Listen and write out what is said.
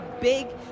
big